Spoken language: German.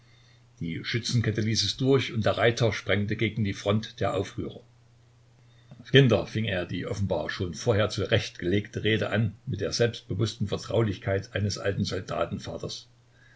die schützenkette ließ es durch und der reiter sprengte gegen die front der aufrührer kinder fing er die offenbar schon vorher zurechtgelegte rede an mit der selbstbewußten vertraulichkeit eines alten